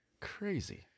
crazy